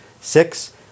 Six